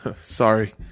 Sorry